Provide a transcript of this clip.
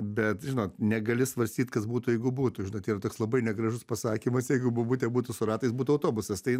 bet žinot negali svarstyt kas būtų jeigu būtų žinai tie toks labai negražus pasakymas jeigu bobutė būtų su ratais būtų autobusas tai